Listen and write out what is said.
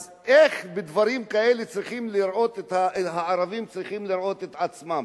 אז איך בדברים כאלה הערבים צריכים לראות את עצמם?